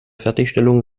fertigstellung